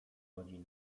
godzin